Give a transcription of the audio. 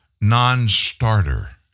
non-starter